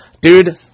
dude